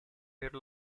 per